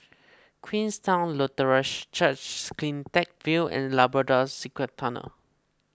Queenstown Lutheran Church CleanTech View and Labrador Secret Tunnels